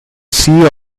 seat